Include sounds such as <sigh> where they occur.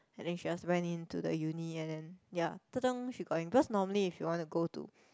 and then she just went into the uni and then ya <noise> she got in cause normally if you want to go to